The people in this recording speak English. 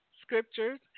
scriptures